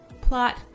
plot